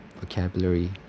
vocabulary